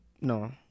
No